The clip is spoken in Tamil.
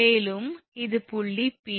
மேலும் இது புள்ளி P